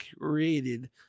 created